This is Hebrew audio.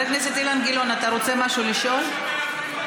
חבר הכנסת אילן גילאון, אתה רוצה לשאול משהו?